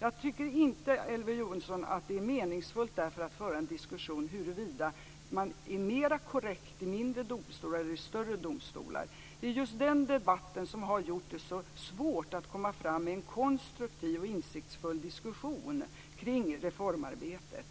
Jag tycker därför inte, Elver Jonsson, att det är meningsfullt att föra en diskussion om huruvida man är mer korrekt i mindre domstolar än i större domstolar. Det är just den debatten som har gjort det så svårt att komma fram med en konstruktiv och insiktsfull diskussion kring reformarbetet.